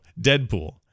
Deadpool